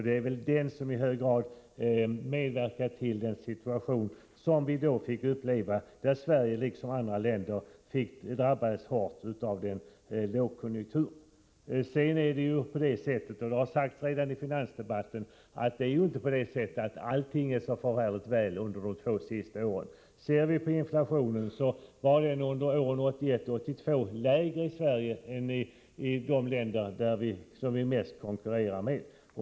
Den medverkade i hög grad till den situation som vi då fick uppleva, där Sverige liksom andra länder drabbades hårt. Som redan sagts i debatten om finansutskottets betänkande är det inte på det sättet att allt gått så fantastiskt väl under de två senaste åren. Ser vi på inflationen finner vi att den under åren 1981-1982 var lägre i Sverige än i de länder som vi mest konkurrerar med.